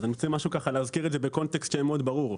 אז אני רוצה להזכיר את זה בקונטקסט שיהיה מאוד ברור.